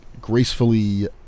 gracefully